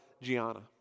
Gianna